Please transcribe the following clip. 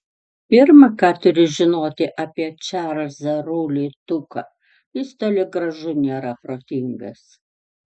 pirma ką turi žinoti apie čarlzą rulį tuką jis toli gražu nėra protingas